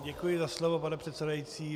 Děkuji za slovo, pane předsedající.